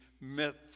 myths